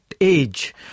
age